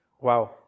Wow